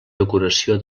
decoració